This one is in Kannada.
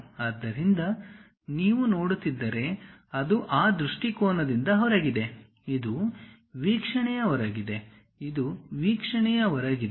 ಆದ್ದರಿಂದ ನೀವು ನೋಡುತ್ತಿದ್ದರೆ ಅದು ಆ ದೃಷ್ಟಿಕೋನದಿಂದ ಹೊರಗಿದೆ ಇದು ವೀಕ್ಷಣೆಯ ಹೊರಗಿದೆ ಇದು ವೀಕ್ಷಣೆಯ ಹೊರಗಿದೆ